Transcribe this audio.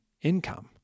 income